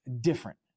different